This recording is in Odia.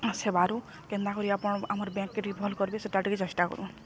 ସେବାରୁ କେନ୍ତା କରି ଆପଣ ଆମର ବ୍ୟାଙ୍କକେ ଭଲ୍ କରିବେ ସେଟା ଟିକେ ଚେଷ୍ଟା କରୁ